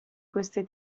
queste